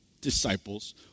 disciples